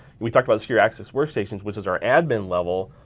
we talked about secure access workstations which is our admin level.